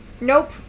Nope